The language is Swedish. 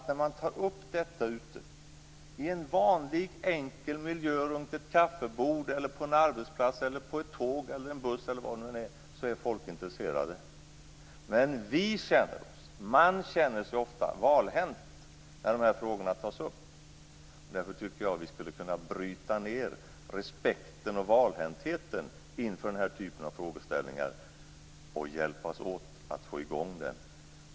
När man tar upp detta ute i en vanlig enkel miljö runt ett kaffebord, på en arbetsplats, på ett tåg eller på en buss är folk intresserade. Men man känner sig ofta valhänt när de här frågorna tas upp. Därför tycker jag att vi skulle kunna bryta ned respekten och valhäntheten inför den här typen av frågeställningar och hjälpas åt att få i gång diskussionen.